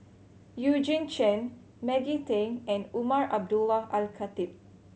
Eugene Chen Maggie Teng and Umar Abdullah Al Khatib